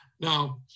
Now